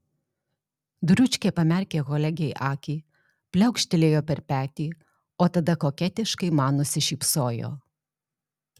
dručkė pamerkė kolegei akį pliaukštelėjo per petį o tada koketiškai man nusišypsojo